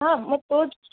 हां मग तो